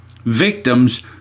victims